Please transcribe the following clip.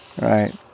right